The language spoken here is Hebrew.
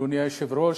אדוני היושב-ראש,